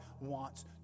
wants